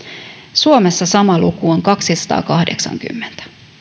suomessa sama luku on kaksisataakahdeksankymmentä